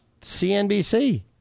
CNBC